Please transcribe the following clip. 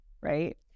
right